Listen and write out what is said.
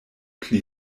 pli